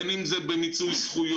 בין אם זה במיצוי זכויות,